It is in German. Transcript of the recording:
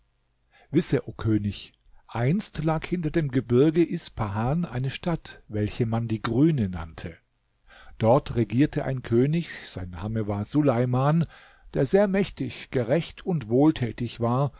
wisse o könig einst lag hinter dem gebirge ispahan eine stadt welche man die grüne nannte dort regierte ein könig sein name war suleiman der sehr mächtig gerecht und wohltätig war